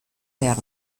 behar